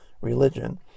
religion